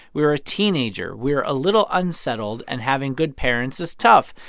we're a teenager. we're a little unsettled, and having good parents is tough.